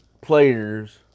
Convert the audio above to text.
players